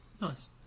Nice